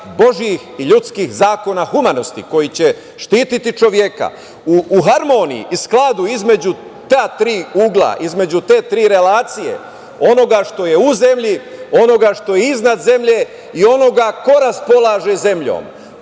božijih i ljudskih zakona humanosti koji će štititi čoveka. U harmoniji i skladu između ta tri ugla, između te tri relacije, onoga što je u zemlji, onoga što je iznad zemlje i onoga ko raspolaže zemlje